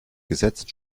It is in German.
gesetzt